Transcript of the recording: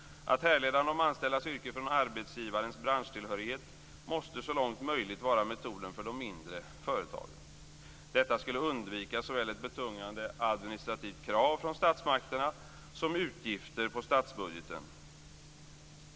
Att man härleder de anställdas yrke från arbetsgivarens branschtillhörighet måste så långt som möjligt vara metoden för de mindre företagen. Detta skulle medföra att man undviker såväl ett betungande administrativt krav från statsmakterna som utgifter på statsbudgeten.